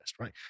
right